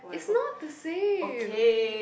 is not the same